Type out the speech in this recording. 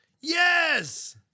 yes